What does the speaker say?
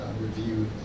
reviewed